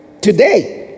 today